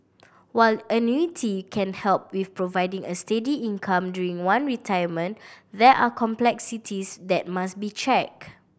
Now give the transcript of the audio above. while annuity can help with providing a steady income during one retirement there are complexities that must be check